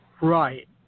Right